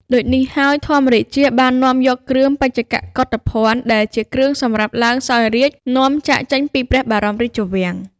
ដូចនេះហើយ ធម្មរាជាបាននាំយកគ្រឿងបញ្ចកកុធភណ្ឌ ដែលជាគ្រឿងសម្រាប់ឡើងសោយរាជ្យ នាំចាកចេញពីព្រះបរមរាជវាំង។